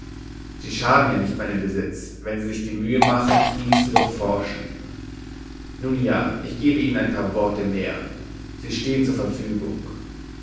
sie schaden ja nicht meinem besitz wenn sie sich die mühe machen ihn zu durchforschen nun ja ich gebe ihnen ein paar worte mehr sie stehen zur verfügung